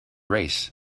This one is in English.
race